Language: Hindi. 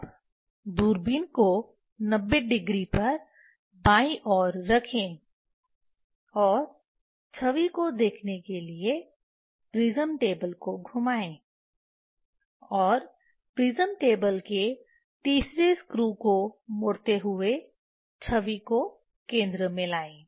अब दूरबीन को 90 डिग्री पर बाईं ओर रखें और छवि को देखने के लिए प्रिज्म टेबल को घुमाएं और प्रिज्म टेबल के तीसरे स्क्रू को मोड़ते हुए छवि को केंद्र में लाएं